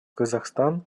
казахстан